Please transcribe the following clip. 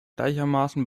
gleichermaßen